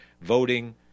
voting